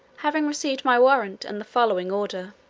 having received my warrant and the following order.